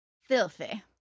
Filthy